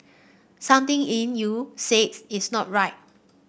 something in you says it's not right